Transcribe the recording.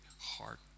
heart